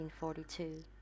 1942